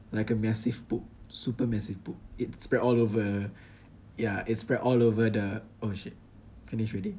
like a massive poop super massive poop it spread all over yeah it spread all over the oh shit finish already